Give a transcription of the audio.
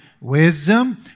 wisdom